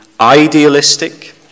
idealistic